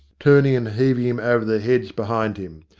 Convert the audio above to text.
turning and heaving him over the heads behind him.